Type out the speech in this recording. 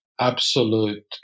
absolute